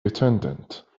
attendant